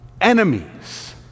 Enemies